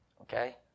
okay